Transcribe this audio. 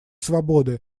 свободы